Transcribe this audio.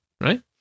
right